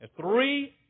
Three